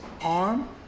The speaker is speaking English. arm